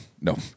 no